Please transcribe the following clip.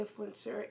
influencer